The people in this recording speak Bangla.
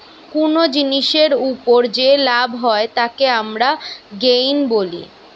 কুনো জিনিসের উপর যে লাভ হয় তাকে আমরা গেইন বলি